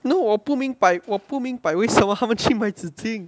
no 我不明白我不明白为什么他们去买纸巾